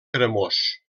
cremós